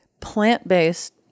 plant-based